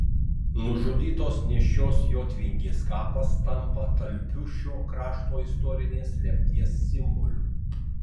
nužudytos nėščios jotvingės kapas tampa talpiu šio krašto istorinės lemties simboliu